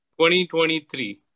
2023